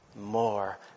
more